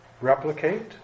replicate